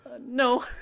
No